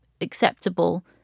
acceptable